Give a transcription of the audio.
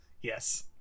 Yes